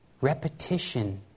Repetition